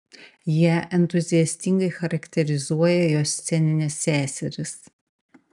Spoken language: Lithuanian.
ją entuziastingai charakterizuoja jos sceninės seserys